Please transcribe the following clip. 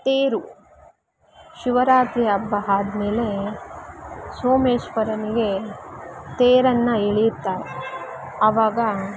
ತೇರು ಶಿವರಾತ್ರಿ ಹಬ್ಬ ಆದ್ಮೇಲೆ ಸೋಮೇಶ್ವರನಿಗೆ ತೇರನ್ನು ಎಳೆಯುತ್ತಾರೆ ಆವಾಗ